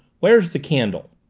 where's the candle?